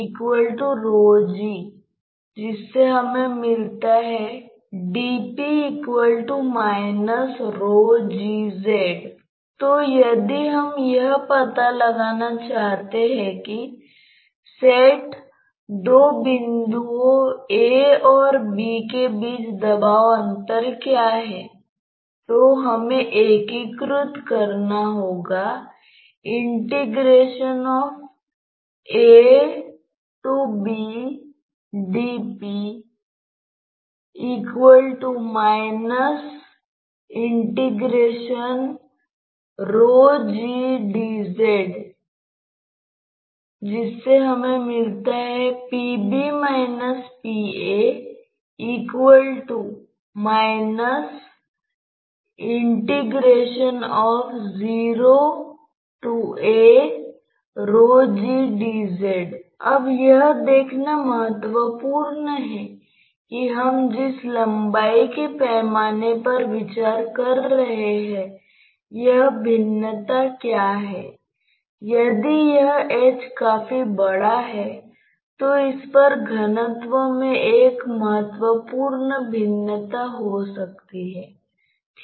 इसलिए जब हम कहते हैं कि i और e शायद यह सतह i है और यह सतह AiŪiAeŪeहैI Ae को खोजने के लिए इनविसिड प्रवाह का अनुमान महत्वपूर्ण है